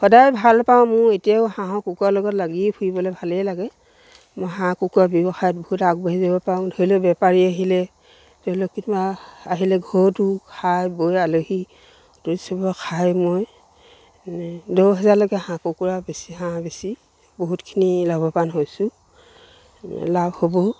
সদায় ভালপাওঁ মোৰ এতিয়াও হাঁহৰ কুকুৰাৰ লগত লাগিয়ে ফুৰিবলে ভালেই লাগে মই হাঁহ কুকুৰা ব্যৱসায়ত বহুত আগবাঢ়ি যাব পাৰোঁ ধৰি লওক বেপাৰী আহিলে ধৰি লওক কিবা আহিলে ঘৰতো খাই বৈ আলহী সদস্যবোৰে খাই মই দহ হেজাৰৰলৈকে হাঁহ কুকুৰা বেছি হাঁহ বেছি বহুতখিনি লাভৱান হৈছোঁ লাভ হ'বও